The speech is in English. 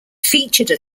featured